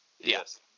yes